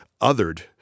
othered